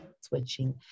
switching